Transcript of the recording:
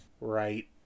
right